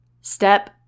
Step